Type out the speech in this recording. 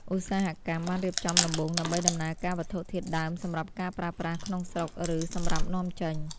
ឧស្សាហកម្មបានរៀបចំដំបូងដើម្បីដំណើរការវត្ថុធាតុដើមសម្រាប់ការប្រើប្រាស់ក្នុងស្រុក ឬសម្រាប់នាំចេញ។